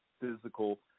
physical